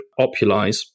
Opulize